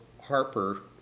Harper